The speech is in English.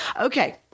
Okay